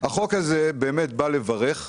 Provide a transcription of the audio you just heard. החוק הזה באמת בא לברך,